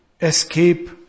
Escape